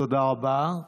תודה רבה.